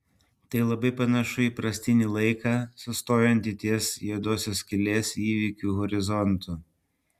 tai labai panašu į įprastinį laiką sustojantį ties juodosios skylės įvykių horizontu